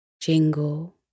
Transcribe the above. Jingle